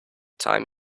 time